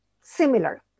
similar